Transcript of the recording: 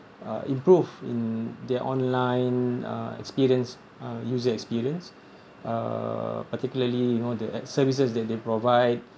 uh improve in their online uh experience uh user experience uh particularly you know the like services that they provide